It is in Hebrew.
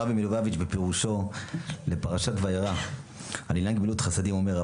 הרבי מלובביץ' בפירושו לפרשת וירא על עניין גמילות חסדים אומר,